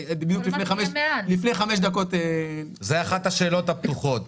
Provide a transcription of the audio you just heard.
בדיוק לפני חמש דקות --- זו אחת השאלת הפתוחות,